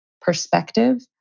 perspective